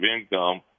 income